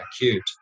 acute